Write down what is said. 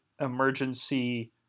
emergency